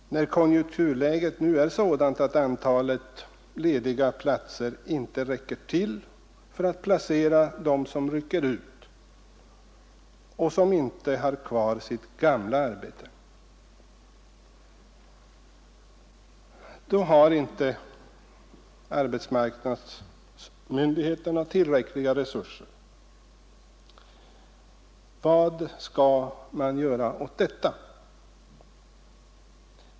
När konjunkturläget nu är sådant att antalet lediga platser inte räcker till för att placera dem som rycker ut och som inte har kvar sitt gamla arbete, då har inte arbetsmarknadsmyndigheterna tillräckliga resurser. Vad kan man göra åt detta?